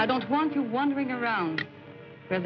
i don't want you wandering around where